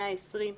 120,